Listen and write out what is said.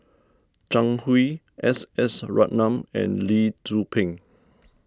Zhang Hui S S Ratnam and Lee Tzu Pheng